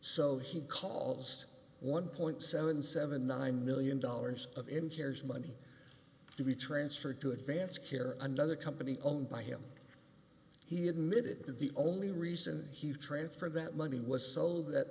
so he calls one point seven seven nine million dollars of in tears money to be transferred to advance care another company owned by him he admitted that the only reason he transferred that money was so that